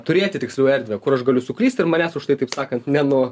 turėti tiksliau erdvę kur aš galiu suklyst ir manęs už tai taip sakant ne nu